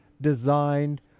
designed